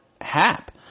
Hap